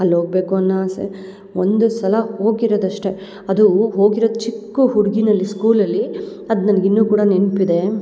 ಅಲ್ಲಿ ಹೋಗ್ಬೇಕು ಅನ್ನೊ ಆಸೆ ಒಂದು ಸಲ ಹೋಗಿರೋದು ಅಷ್ಟೇ ಅದು ಹೋಗಿರೋದು ಚಿಕ್ಕ ಹುಡ್ಗಿನಲ್ಲಿ ಸ್ಕೂಲಲ್ಲಿ ಅದು ನನ್ಗೆ ಇನ್ನು ಕೂಡ ನೆನಪಿದೆ